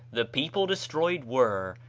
the people destroyed were,